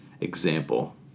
example